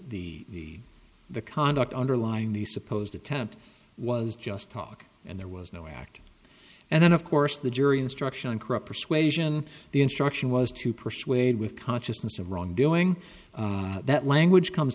where the the conduct underlying these supposed attempt was just talk and there was no act and then of course the jury instruction krupp persuasion the instruction was to persuade with consciousness of wrongdoing that language comes